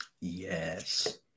Yes